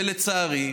ולצערי,